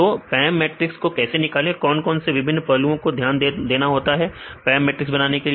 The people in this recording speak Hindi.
तो PAM मैट्रिक्स को कैसे निकाले कौन कौन से विभिन्न पहलुओं को ध्यान देना होता है PAM मैट्रिक्स को बनाने के लिए